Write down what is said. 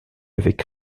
avec